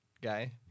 guy